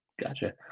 gotcha